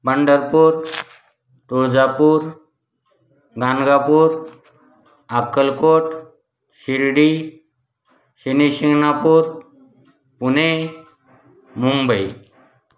Pandharpur Tuljapur Ganagapur Akkalkot Shirdi Shanishingnapur Pune Mumbai